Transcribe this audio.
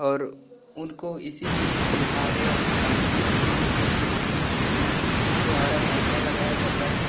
और उनको इसीलिए फुहारे और पंखे की ज़रूरत होती है फुहार पंखा लगाया जाता है